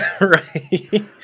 right